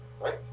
Right